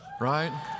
right